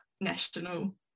national